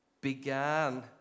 began